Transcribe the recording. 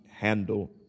handle